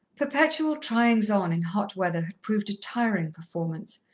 perpetual tryings on in hot weather had proved a tiring performance,